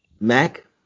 Mac